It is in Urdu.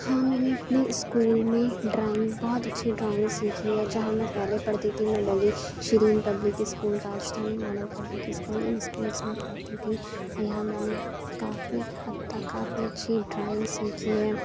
ہاں میں نے اپنے اسکول میں ڈرائنگ بہت اچھی ڈرائنگ سیکھی ہے جہاں میں پہلے پڑھتی تھی میں دہلی شیرین پبلک اسکول راجدھانی ملو پبلک اسکول ان اسکولس میں پڑھتی تھی اور یہاں میں نے کافی حد تک کافی اچھی ڈرائنگ سیکھی ہے